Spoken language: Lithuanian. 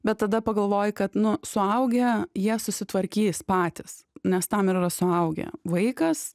bet tada pagalvoji kad nu suaugę jie susitvarkys patys nes tam ir yra suaugę vaikas